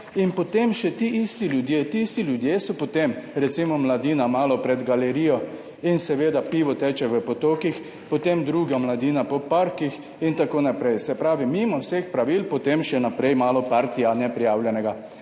In potem so še ti isti ljudje, ti tisti ljudje so potem, recimo mladina malo, pred galerijo in seveda pivo teče v potokih, potem druga mladina po parkih in tako naprej. Se pravi mimo vseh pravil potem še naprej malo neprijavljenega